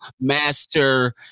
master